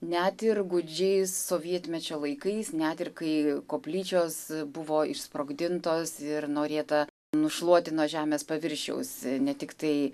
net ir gūdžiais sovietmečio laikais net ir kai koplyčios buvo išsprogdintos ir norėta nušluoti nuo žemės paviršiaus ne tiktai